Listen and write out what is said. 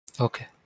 Okay